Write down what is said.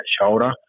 shoulder